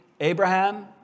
Abraham